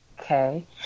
Okay